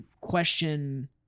question